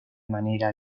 manera